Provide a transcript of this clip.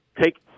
take